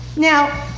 now,